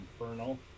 Infernal